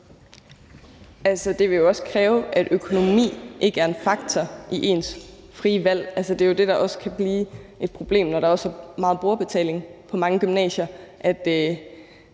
(EL): Det vil jo også kræve, at økonomi ikke er en faktor i ens frie valg. Altså, det er jo det, der også kan blive et problem, når der også er meget brugerbetaling på mange gymnasier.